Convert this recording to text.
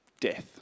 death